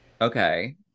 Okay